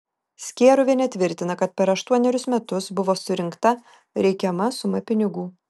skėruvienė tvirtina kad per aštuonerius metus buvo surinkta reikiama suma pinigų